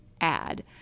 add